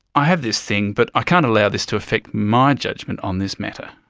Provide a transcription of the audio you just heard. i have this thing, but i can't allow this to affect my judgement on this matter.